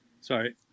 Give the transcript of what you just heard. sorry